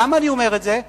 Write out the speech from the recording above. למה אני אומר את זה?